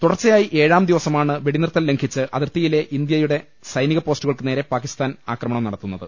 തുടർച്ചയായി ഏഴാം ദിവസമാണ് വെടിനിർത്തൽ ലംഘിച്ച് അതിർത്തിയിലെ ഇന്ത്യയുടെ സൈനിക പോസ്റ്റുകൾക്കു നേരെ പാകിസ്ഥാൻ ആക്രമണം നടത്തു ന്നത്